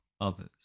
others